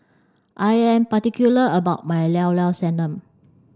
I am particular about my Liao Liao Sanum